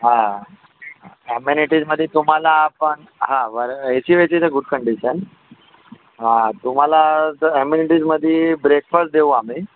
हां ॲमेनिटीजमध्ये तुम्हाला आपण हां बरं is in a good condition तुम्हाला ॲमेनिटीजमध्ये ब्रेकफास्ट देऊ आम्ही